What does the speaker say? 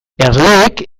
erleek